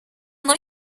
não